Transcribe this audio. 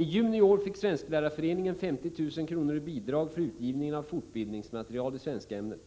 I juni i år fick Svensklärarföreningen 50 000 kr. i bidrag för utgivning av fortbildningsmaterial i svenskämnet.